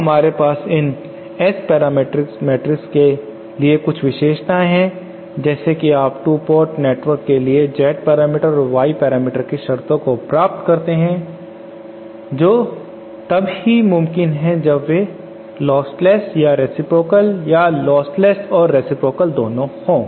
अब हमारे पास इन S पैरामीटर मैट्रिक्स के लिए कुछ विशेषताओं है जैसे कि आप 2 पोर्ट के लिए Z पैरामीटर्स और Y पैरामीटर्स की शर्तों को प्राप्त करते हैं जो तब ही मुमकिन है जब वे लोस्टलेस या रेसिप्रोकाल या लोस्टलेस और रेसिप्रोकाल दोनों हो